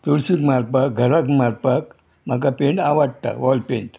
चळसून मारपाक घराक मारपाक म्हाका पेंट आवडटा वॉल पेंट